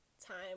time